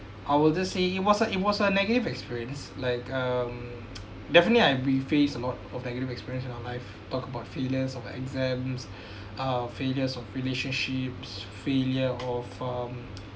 I wouldn't say it was a it was a negative experience like um definitely I we face a lot of negative experience in our life talk about failures of exams uh failures of relationships failure of um